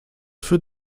für